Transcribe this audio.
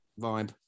vibe